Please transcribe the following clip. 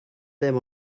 them